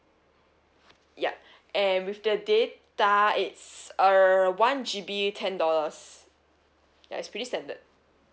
yup and with the data it's err one G_B ten dollars ya it's pretty standard